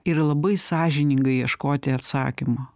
ir labai sąžiningai ieškoti atsakymo